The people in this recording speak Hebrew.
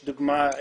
הדוגמה,